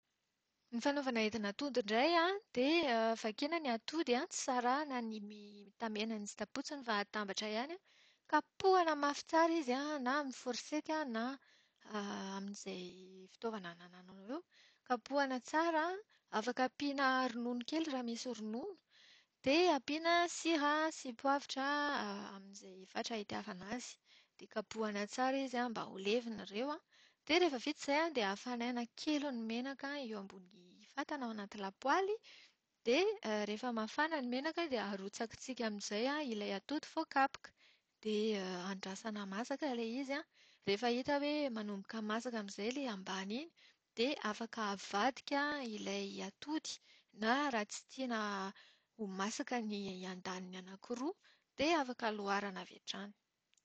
Ny fanaovana endin'atody indray an, dia vakiana ny atody an, tsy sarahana ny tamenany sy tapotsiny fa atambatra ihany. Kapohana mafy tsara izy an, na amin'ny forisety na amin'izay fitaovana anananao eo. Kapohana tsara afaka ampiana ronono kely raha misy ronono, dia ampiana sira sy poavitra amin'izay fatra itiavana azy. Dia kapohana tsara izy an mba ho levona ireo an. Dia rehefa vita izay dia hafanaina kely ny menaka eo ambony fatana ao anaty lapoaly. Dia rehefa mafana ny menaka dia arotsakisika amin'izay ilay atody voakapoka. Dia andrasana masaka ilay izy an, rehefa hita hoe manomboka masaka amin'izay ilay ambany iny dia afaka avadika ilay atody, na raha tsy tiana ho masaka ny andainy anaky roa dia afaka loarana avy hatrany.